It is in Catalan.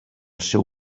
seu